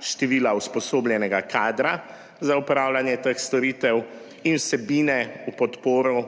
števila usposobljenega kadra za opravljanje teh storitev, in vsebine v podporo